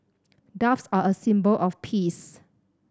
doves are a symbol of peace